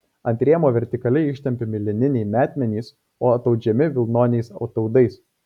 ant rėmo vertikaliai ištempiami lininiai metmenys o ataudžiami vilnoniais ataudais